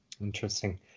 Interesting